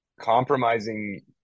compromising